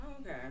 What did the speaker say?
Okay